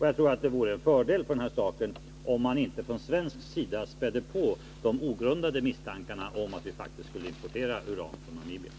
Jag tror att det vore till fördel för den här saken om man inte från svensk sida spädde på de ogrundade misstankar som kan finnas om att vi faktiskt skulle importera uran från Namibia.